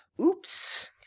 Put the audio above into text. oops